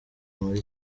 muri